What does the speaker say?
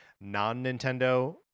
non-Nintendo